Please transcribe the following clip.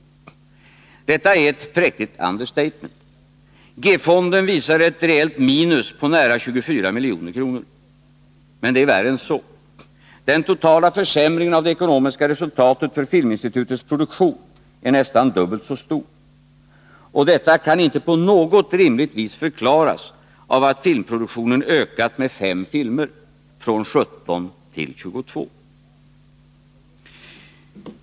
Detta är ett präktigt understatement. G-fonden visar reellt minus på nära 24 milj.kr. Men det är värre än så. Den totala försämringen av det ekonomiska resultatet för Filminstitutets produktion är nästan dubbelt så stor, och detta kan inte på något rimligt vis förklaras av att filmproduktionen har ökat med 5 filmer, från 17 till 22.